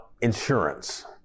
insurance